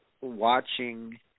watching